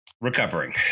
Recovering